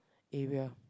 area